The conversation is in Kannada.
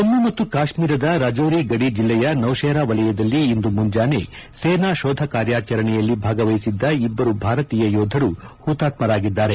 ಜಮ್ಮು ಮತ್ತು ಕಾಶ್ಮೀರದ ರಜೌರಿ ಗಡಿ ಜಿಲ್ಲೆಯ ನೌಶೇರಾ ವಲಯದಲ್ಲಿ ಇಂದು ಮುಂಜಾನೆ ಸೇನಾ ಶೋಧ ಕಾರ್ಯಾಚರಣೆಯಲ್ಲಿ ಭಾಗವಹಿಸಿದ್ದ ಇಬ್ಬರು ಭಾರತೀಯ ಯೋಧರು ಹುತಾತ್ಮರಾಗಿದ್ದಾರೆ